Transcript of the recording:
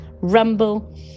Rumble